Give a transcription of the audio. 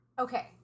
Okay